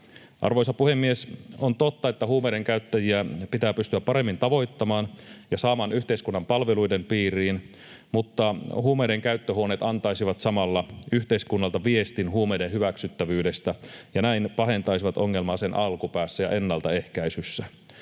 Arvoisa puhemies! On totta, että huumeidenkäyttäjiä pitää pystyä paremmin tavoittamaan ja saamaan yhteiskunnan palveluiden piiriin, mutta huumeiden käyttöhuoneet antaisivat samalla yhteiskunnalta viestin huumeiden hyväksyttävyydestä ja näin pahentaisivat ongelmaa sen alkupäässä ja ennaltaehkäisyssä.